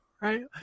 Right